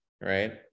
right